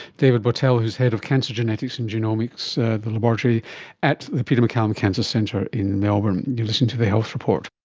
david bowtell, who is head of cancer genetics and genomics laboratory at the peter maccallum cancer centre in melbourne. you're listening to the health report